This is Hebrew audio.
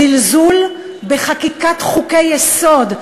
זלזול בחקיקת חוקי-יסוד,